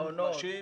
הכי מוחלשים.